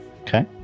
Okay